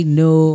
no